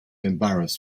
embarrass